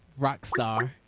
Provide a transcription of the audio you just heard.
Rockstar